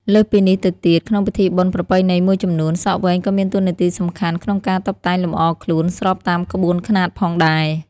លើសពីនេះទៅទៀត ក្នុងពិធីបុណ្យប្រពៃណីមួយចំនួន សក់វែងក៏មានតួនាទីសំខាន់ក្នុងការតុបតែងលម្អខ្លួនស្របតាមក្បួនខ្នាតផងដែរ។